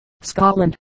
Scotland